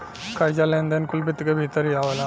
कर्जा, लेन देन कुल वित्त क भीतर ही आवला